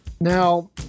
Now